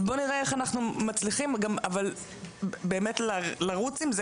אז בואי נראה איך אנחנו מצליחים לרוץ עם זה,